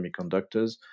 semiconductors